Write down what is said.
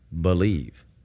believe